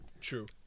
True